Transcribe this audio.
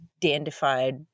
dandified